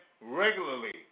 regularly